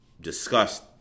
discussed